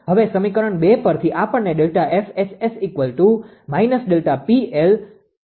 હવે સમીકરણ 2 પરથી આપણને ΔFSS મળ્યું